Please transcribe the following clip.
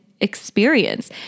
Experience